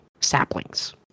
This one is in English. saplings